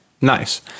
nice